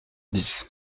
dix